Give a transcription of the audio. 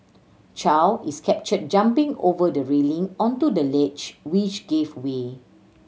Chow is captured jumping over the railing onto the ledge which gave way